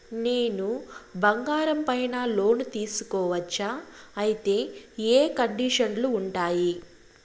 నేను బంగారం పైన లోను తీసుకోవచ్చా? అయితే ఏ కండిషన్లు ఉంటాయి?